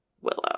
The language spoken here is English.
Willow